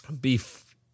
beef